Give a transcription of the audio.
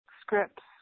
scripts